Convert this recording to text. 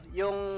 yung